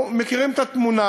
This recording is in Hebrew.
אנחנו מכירים את התמונה.